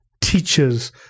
teachers